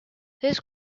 this